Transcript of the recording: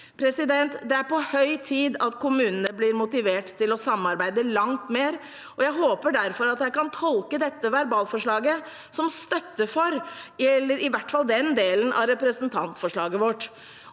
dyrere. Det er på høy tid at kommunene blir motivert til å samarbeide langt mer, og jeg håper derfor at jeg kan tolke dette verbalforslaget som støtte for i hvert fall den delen av representantforslaget vårt.